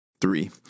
Three